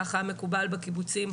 ככה מקובל בקיבוצים.